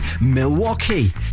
Milwaukee